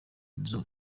nzu